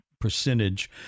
percentage